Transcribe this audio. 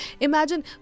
Imagine